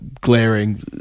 glaring